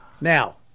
Now